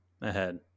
ahead